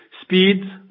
speed